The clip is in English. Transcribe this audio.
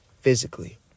physically